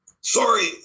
sorry